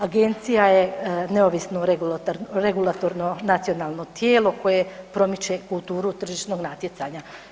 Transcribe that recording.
Agencija je neovisno regulatorno nacionalno tijelo koje promiče i kulturu tržišnog natjecanja.